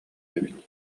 эбит